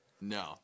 No